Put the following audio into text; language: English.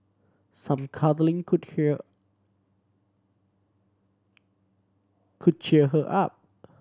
some cuddling could could cheer her up